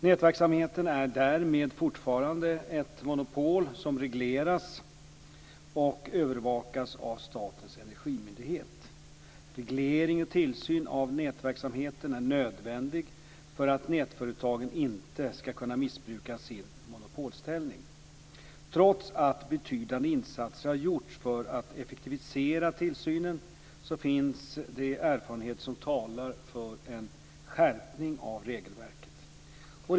Nätverksamheten är därmed fortfarande ett monopol som regleras och övervakas av Statens energimyndighet. Reglering och tillsyn av nätverksamheten är nödvändig för att nätföretagen inte ska kunna missbruka sin monopolställning. Trots att betydande insatser har gjorts för att effektivisera tillsynen finns det erfarenheter som talar för en skärpning av regelverket.